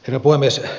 herra puhemies